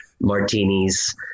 martinis